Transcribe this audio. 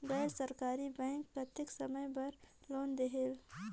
गैर सरकारी बैंक कतेक समय बर लोन देहेल?